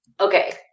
Okay